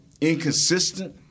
inconsistent